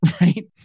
right